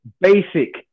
basic